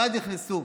ואז נכנסו.